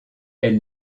elle